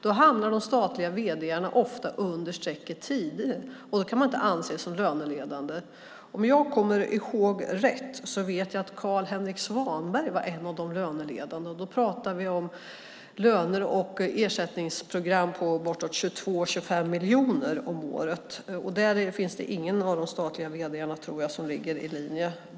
Där hamnar de statliga vd:arna ofta under strecket tio, och då kan man inte anses som löneledande. Om jag kommer ihåg rätt var Carl-Henric Svanberg var en av de löneledande. Då pratar vi om löner och ersättningsprogram på 22-25 miljoner om året. Jag tror inte att det finns någon av de statliga vd:arna som ligger där.